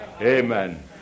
Amen